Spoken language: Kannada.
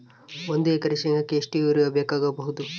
ಒಂದು ಎಕರೆ ಶೆಂಗಕ್ಕೆ ಎಷ್ಟು ಯೂರಿಯಾ ಬೇಕಾಗಬಹುದು?